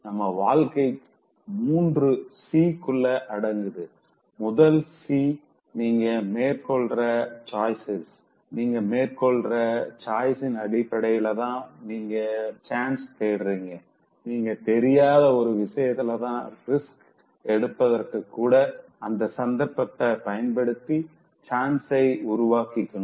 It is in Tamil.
நம்ம வாழ்க்கை 3 C குள்ள அடங்குது முதல் C நீங்க மேற்கொள்ற choices நீங்க மேற்கொள்கிற choiceஇன் அடிப்படையிலதா நீங்க chance தேடுறீங்க நீங்க தெரியாத ஒரு விஷயத்துல ரிஸ்க் எடுக்குறப்ப கூட அந்த சந்தர்ப்பத்த பயன்படுத்தி chanceஐ உருவாக்கிக்கனும்